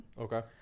Okay